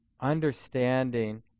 understanding